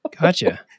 gotcha